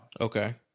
Okay